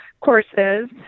courses